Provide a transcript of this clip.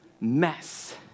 mess